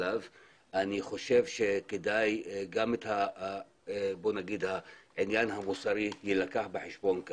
אני חושב שכדאי גם העניין המוסרי יילקח כאן בחשבון.